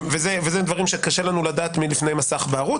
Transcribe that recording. זה דברים שקשה לנו לדעת לפני מסך בערות.